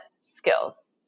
skills